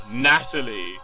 Natalie